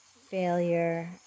failure